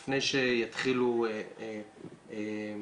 הרב אריה מנהל מרחב ערד.